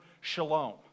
shalom